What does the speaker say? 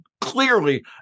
clearly